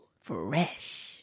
Fresh